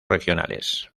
regionales